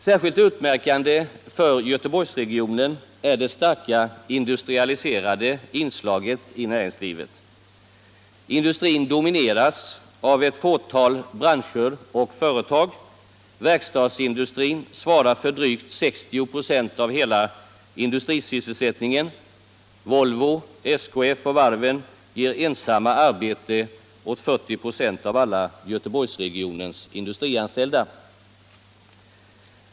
Särskilt utmärkande för Göteborgsregionen är det starka industrialiserade inslaget i näringslivet. Industrin domineras i sin tur av ett fåtal branscher och företag. Verkstadsindustrin svarar för drygt 60 ?5 av hela industrisysselsättningen. Volvo, SKF och varven ger ensamma arbete åt 40 ”5 av alla Göteborgsregionens industrianställda.